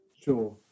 Sure